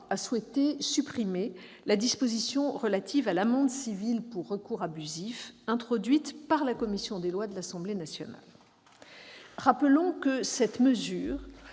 a souhaité supprimer la disposition relative à l'amende civile pour recours abusif introduite par la commission des lois de l'Assemblée nationale. Rappelons que cette mesure